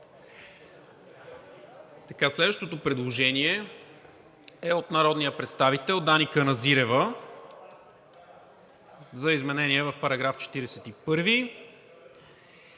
Следващото предложение е от народния представител Дани Каназирева за изменение в § 41